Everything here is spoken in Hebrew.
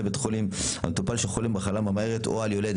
תודה.